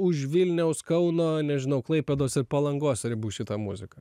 už vilniaus kauno nežinau klaipėdos ir palangos ribų šitą muziką